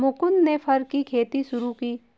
मुकुन्द ने फर की खेती शुरू की